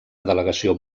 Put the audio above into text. delegació